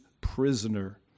prisoner